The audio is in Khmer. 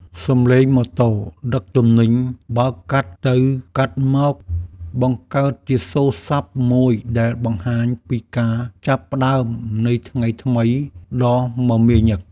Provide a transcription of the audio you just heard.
សម្លេងម៉ូតូដឹកទំនិញបើកកាត់ទៅកាត់មកបង្កើតជាសូរសព្ទមួយដែលបង្ហាញពីការចាប់ផ្ដើមនៃថ្ងៃថ្មីដ៏មមាញឹក។